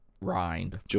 rind